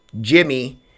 jimmy